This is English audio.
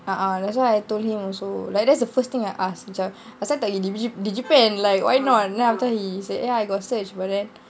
uh uh that's what I told him also like that's the first thing I ask macam asal tak pergi digipen like why not then after he say eh I got search for that